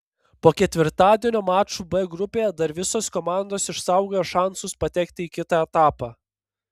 po ketvirtadienio mačų b grupėje dar visos komandos išsaugojo šansus patekti į kitą etapą